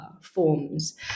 forms